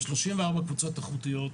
עם 34 קבוצות איכותיות,